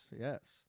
Yes